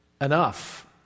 enough